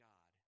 God